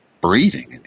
breathing